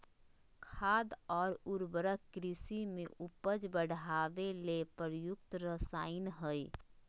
खाद और उर्वरक कृषि में उपज बढ़ावे ले प्रयुक्त रसायन हइ